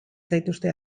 zaituzte